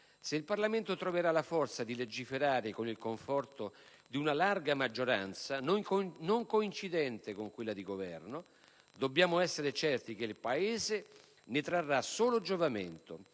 Se il Parlamento troverà la forza di legiferare con il conforto di una larga maggioranza, non coincidente con quella di Governo, dobbiamo essere certi che il Paese ne trarrà solo giovamento.